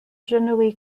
generally